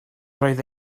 roedd